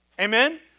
Amen